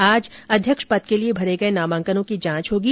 आज अध्यक्ष पद के लिए भरे गए नामांकनों की जांच होगी